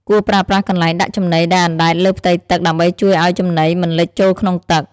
គួរប្រើប្រាស់កន្លែងដាក់ចំណីដែលអណ្ដែតលើផ្ទៃទឹកដើម្បីជួយឲ្យចំណីមិនលិចចូលក្នុងទឹក។